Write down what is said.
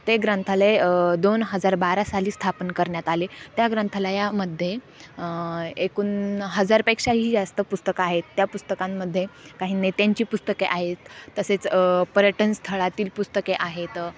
ते ग्रंथालय दोन हजार बारा साली स्थापन करण्यात आले त्या ग्रंथालयामध्ये एकूण हजारपेक्षाही जास्त पुस्तकं आहेत त्या पुस्तकांमध्ये काही नेत्यांची पुस्तके आहेत तसेच पर्यटनस्थळातील पुस्तके आहेत